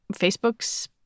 Facebook's